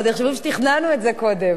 עוד יחשבו שתכננו את זה קודם.